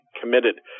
committed